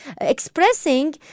expressing